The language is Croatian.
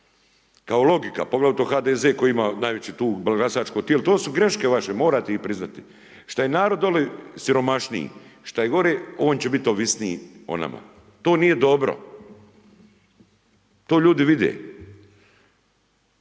kao logika poglavito HDZ-e koji ima najveće tu glasačko tijelo to su greške vaše morate ih priznati. Što je narod dolje siromašniji, što je gore on će biti ovisniji o nama. To nije dobro. To ljudi vide.